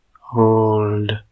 hold